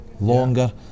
longer